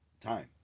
time